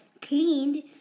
cleaned